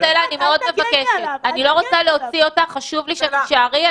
סטלה, אני לא רוצה להוציא אותך, חשוב לי שתישארי.